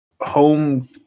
home